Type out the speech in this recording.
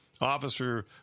officer